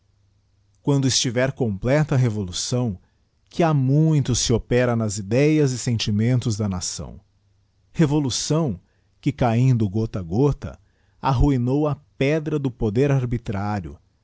quando estiver completa a revolução que ba fouito se opera nas ideias e sentimentos da nação rr volução que cabindo gotta a gotta arruinou apedra d poder arbitrário